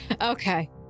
Okay